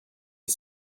les